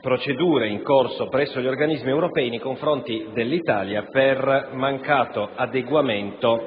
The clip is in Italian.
procedure in corso presso gli organismi europei nei confronti dell'Italia per mancato adeguamento